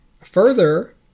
Further